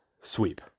sweep